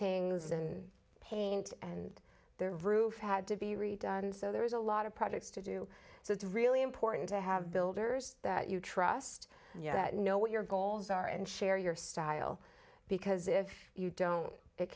tings and paint and their roof had to be redone so there is a lot of projects to do so it's really important to have builders that you trust that know what your goals are and share your style because if you don't it